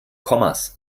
kommas